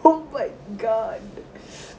oh my god